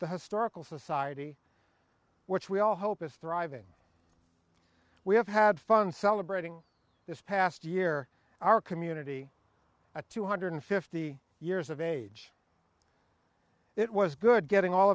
the historical society which we all hope is thriving we have had fun celebrating this past year our community a two hundred fifty years of age it was good getting all